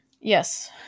Yes